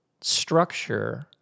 Structure